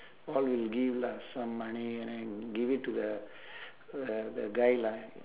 all we give lah some money and then give it to the the the guy lah